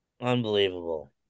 Unbelievable